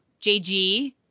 JG